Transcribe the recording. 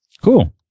Cool